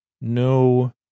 No